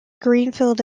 greenfield